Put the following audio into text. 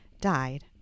died